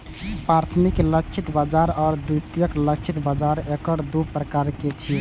प्राथमिक लक्षित बाजार आ द्वितीयक लक्षित बाजार एकर दू प्रकार छियै